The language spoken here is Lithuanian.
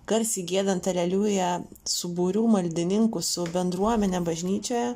garsiai giedant aleliuja su būriu maldininkų su bendruomene bažnyčioje